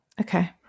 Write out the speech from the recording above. Okay